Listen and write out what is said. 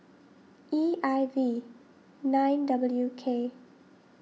E I V nine W K